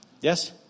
Yes